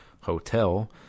hotel